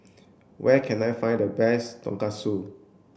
where can I find the best Tonkatsu